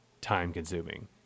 time-consuming